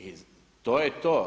I to je to.